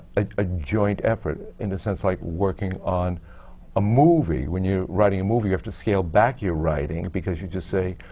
ah a joint effort, in the sense, like working on a movie, when you're writing a movie, you have to scale back your writing, because you just say,